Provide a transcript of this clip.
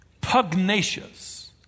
pugnacious